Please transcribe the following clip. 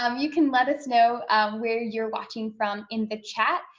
um you can let us know where you're watching from in the chat.